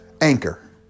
Anchor